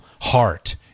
heart